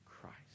Christ